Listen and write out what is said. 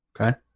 Okay